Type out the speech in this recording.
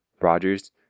Rogers